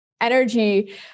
energy